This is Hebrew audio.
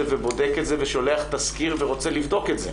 ובודק את זה ושולח תסקיר ורוצה לבדוק את זה,